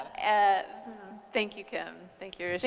ah thank you, kim. thank you,